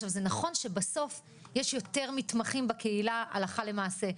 זה נכון שבסוף יש יותר מתמחים בקהילה הלכה למעשה,